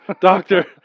Doctor